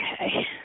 Okay